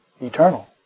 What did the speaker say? eternal